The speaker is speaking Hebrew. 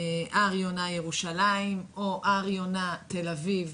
הר יונה-ירושלים או הר יונה תל-אביב,